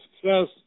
success